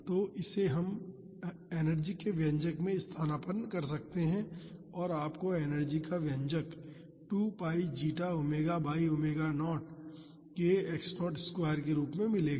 तो इसे हम एनर्जी के व्यंजक में स्थानापन्न कर सकते हैं और आपको एनर्जी का व्यंजक 2 π zeta omega by omega naught k x0 square के रूप में मिलेगा